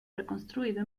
reconstruido